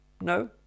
No